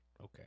Okay